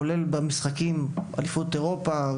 כולל במשחקים ובאליפויות אירופה,